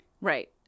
Right